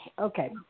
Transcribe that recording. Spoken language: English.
Okay